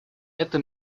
это